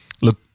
look